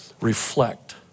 reflect